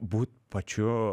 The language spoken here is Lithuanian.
būt pačiu